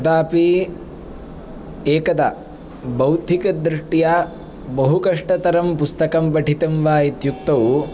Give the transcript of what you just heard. कदापि एकदा बौद्धिकदृष्ट्या बहुकष्टतरं पुस्तकं पठितं वा इत्युक्तौ